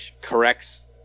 corrects